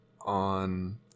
on